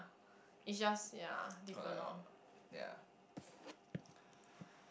it just ya deepen orh